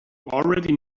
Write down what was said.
already